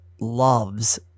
loves